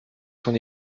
son